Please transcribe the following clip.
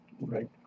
right